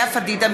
לאה פדידה,